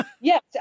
yes